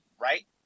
right